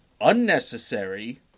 unnecessary